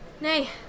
Nay